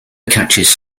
catches